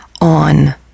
on